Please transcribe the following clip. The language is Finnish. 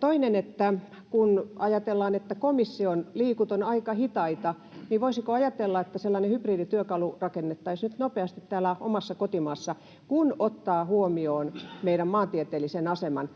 toinen asia: kun ajatellaan, että komission liikut on aika hitaita, niin voisiko ajatella, että sellainen hybridityökalu rakennettaisiin nyt nopeasti täällä omassa kotimaassa, kun ottaa huomioon meidän maantieteellisen aseman?